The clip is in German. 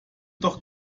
doch